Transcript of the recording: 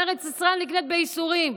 ארץ ישראל נקנית בייסורים,